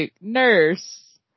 nurse